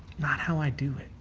not how i do it.